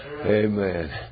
Amen